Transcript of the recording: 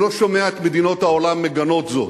אני לא שומע את מדינות העולם מגנות זאת.